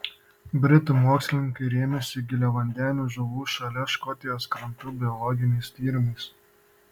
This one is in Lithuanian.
britų mokslininkai rėmėsi giliavandenių žuvų šalia škotijos krantų biologiniais tyrimais